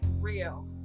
real